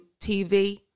TV